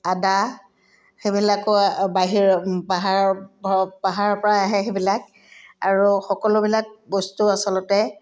আদা সেইবিলাকো বাহিৰৰ পাহাৰৰ পাহাৰৰ পৰা আহে সেইবিলাক আৰু সকলোবিলাক বস্তু আচলতে